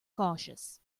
cautious